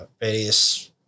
various